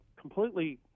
completely